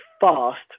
fast